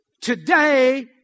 today